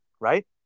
right